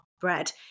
bread